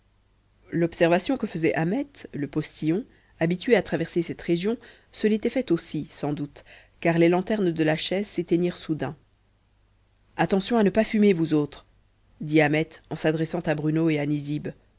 l'observation que faisait ahmet le postillon habitué à traverser cette région se l'était faite aussi sans doute car les lanternes de la chaise s'éteignirent soudain attention à ne pas fumer vous autres dit ahmet en s'adressant à bruno et